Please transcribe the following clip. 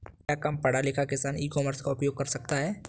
क्या कम पढ़ा लिखा किसान भी ई कॉमर्स का उपयोग कर सकता है?